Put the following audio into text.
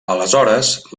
aleshores